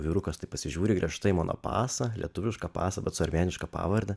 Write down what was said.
vyrukas taip pasižiūri griežtai mano pasą lietuvišką pasą bet su armėniška pavarde